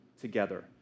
together